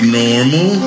normal